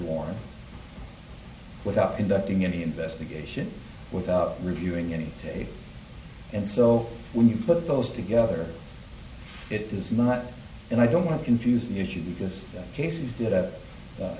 warning without conducting any investigation without reviewing any day and so when you put those together it is not and i don't want to confuse the issue because